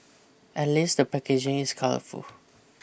at least the packaging is colourful